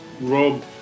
Rob